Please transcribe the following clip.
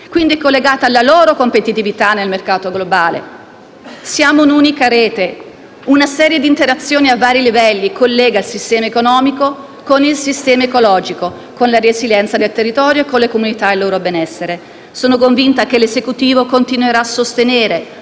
quindi è collegata alla loro competitività nel mercato globale. Siamo un'unica rete; una serie di interazioni a vari livelli collega il sistema economico con il sistema ecologico, con la resilienza dei territorio, con le comunità e il loro benessere. Sono convinta che l'Esecutivo continuerà a sostenere